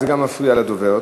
זה גם מפריע לדובר.